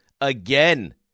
again